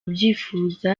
ubyifuza